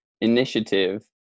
initiative